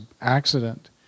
accident